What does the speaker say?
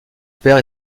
père